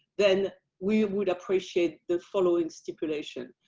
then we would appreciate the following stipulation.